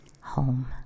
home